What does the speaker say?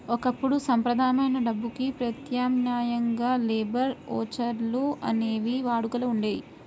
ఒకప్పుడు సంప్రదాయమైన డబ్బుకి ప్రత్యామ్నాయంగా లేబర్ ఓచర్లు అనేవి వాడుకలో ఉండేయి